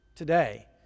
Today